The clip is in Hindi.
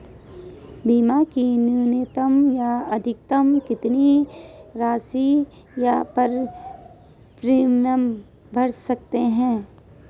बीमा की न्यूनतम या अधिकतम कितनी राशि या प्रीमियम भर सकते हैं?